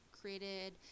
created